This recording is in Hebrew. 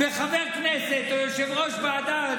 וחבר כנסת או יושב-ראש ועדה,